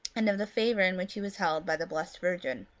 and of the favour in which he was held by the blessed virgin.